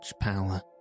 power